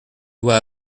doit